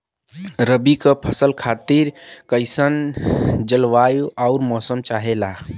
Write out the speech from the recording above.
रबी क फसल खातिर कइसन जलवाय अउर मौसम चाहेला?